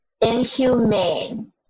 inhumane